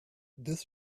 this